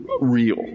real